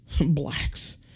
blacks